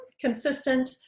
consistent